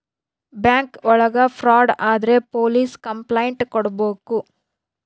bank ಒಳಗ fraud ಆದ್ರೆ police complaint ಕೊಡ್ಬೇಕು